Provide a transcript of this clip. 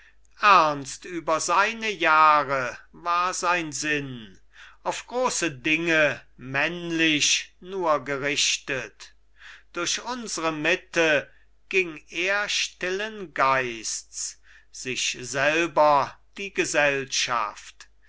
ernst über seine jahre war sein sinn auf große dinge männlich nur gerichtet durch unsre mitte ging er stillen geists sich selber die gesellschaft